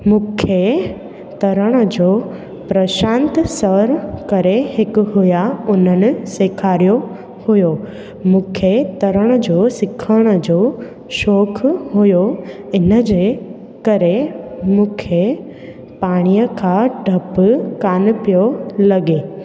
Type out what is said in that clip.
मूंखे तरण जो प्रशांत सर करे हिकु हुआ उन्हनि सिखारियो हुओ मूंखे तरण जो सिखण जो शौक़ु हुओ इन जे करे मूंखे पाणीअ खां ॾपु कान पियो लॻे